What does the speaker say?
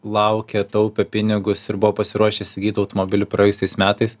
laukė taupė pinigus ir buvo pasiruošę įsigyt automobilį praėjusiais metais